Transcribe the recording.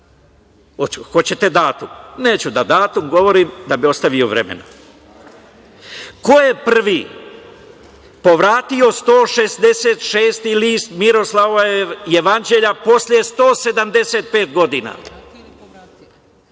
Hoćete datum? Neću da datum govorim, da bi ostavio vremena. Ko je prvi povratio 166-i list Miroslavljevog jevanđelja posle 175 godina?